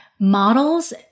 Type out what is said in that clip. models